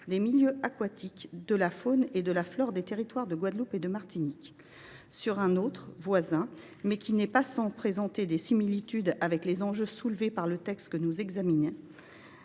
des milieux aquatiques et de la faune et de la flore de Guadeloupe et de Martinique. Sur un sujet voisin, qui n’est pas sans présenter des similitudes avec les enjeux soulevés par le texte que nous examinons,